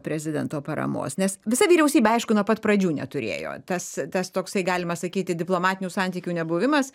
prezidento paramos nes visa vyriausybė aišku nuo pat pradžių neturėjo tas tas toksai galima sakyti diplomatinių santykių nebuvimas